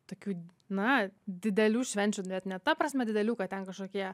tokių na didelių švenčių net ne ta prasme didelių ką ten kažkokie